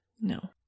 No